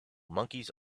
monkeys